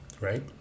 right